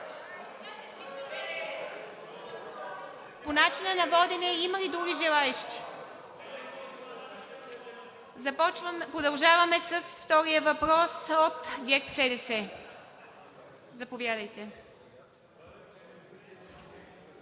По начина на водене има ли други желаещи? Няма. Продължаваме с втория въпрос от ГЕРБ-СДС. Заповядайте,